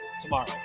tomorrow